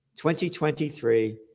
2023